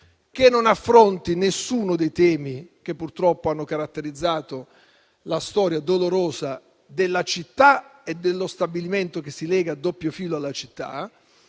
esso non affronti alcuno dei temi che purtroppo hanno caratterizzato la storia dolorosa della città e dello stabilimento, che si lega a doppio filo alla città.